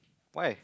why